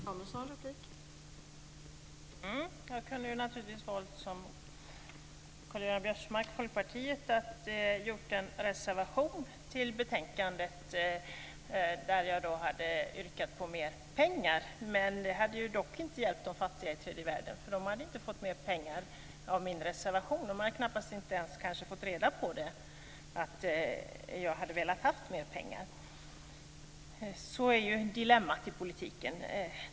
Fru talman! Jag kunde naturligtvis ha valt att som Karl-Göran Biörsmark, Folkpartiet, foga en reservation till betänkandet där jag hade yrkat på mer pengar. Det hade dock inte hjälpt de fattiga i tredje världen. De hade inte fått mer pengar av min reservation. De hade knappast ens fått reda på att jag hade velat ha mer pengar. Så är dilemmat i politiken.